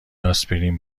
آسپرین